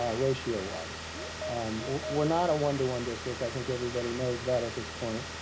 um ratio-wise we're not a one to one district, i think everybody knows that at this point,